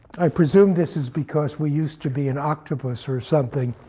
i presume this is because we used to be an octopus or something,